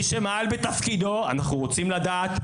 אנחנו רוצים לדעת,